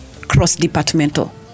cross-departmental